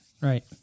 right